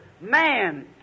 man